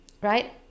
right